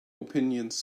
opinions